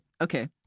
okay